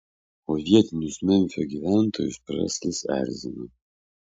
o vietinius memfio gyventojus preslis erzina